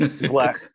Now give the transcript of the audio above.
Black